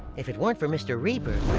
if it weren't for mr. reaper,